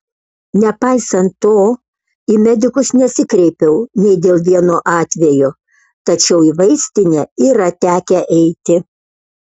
nepaisant to į medikus nesikreipiau nei dėl vieno atvejo tačiau į vaistinę yra tekę eiti